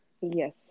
Yes